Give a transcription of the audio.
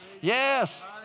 Yes